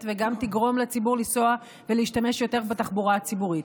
וגם תגרום לציבור לנסוע ולהשתמש יותר בתחבורה הציבורית.